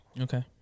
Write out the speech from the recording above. Okay